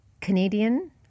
Canadian